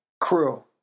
crew